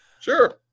sure